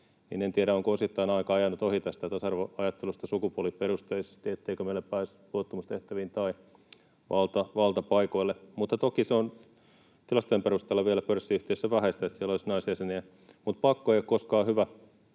en tiedä, onko osittain aika ajanut ohi tästä tasa-arvoajattelusta, etteikö meillä sukupuoliperusteisesti pääsisi luottamustehtäviin tai valtapaikoille. Toki se on tilastojen perusteella vielä pörssiyhtiöissä vähäistä, että siellä olisi naisjäseniä, mutta pakko ei ole koskaan hyvä